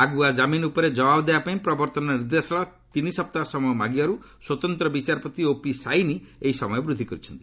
ଆଗୁଆ ଜାମିନ୍ ଉପରେ ଜବାବ ଦେବାପାଇଁ ପ୍ରବର୍ତ୍ତନ ନିର୍ଦ୍ଦେଶାଳୟ ତିନି ସପ୍ତାହ ସମୟ ମାଗିବାରୁ ସ୍ୱତନ୍ତ୍ର ବିଚାରପତି ଓପି ସାଇନୀ ଏହି ସମୟ ବୃଦ୍ଧି କରିଛନ୍ତି